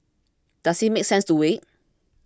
does it make sense to wait